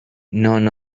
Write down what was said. none